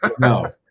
no